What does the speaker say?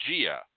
gia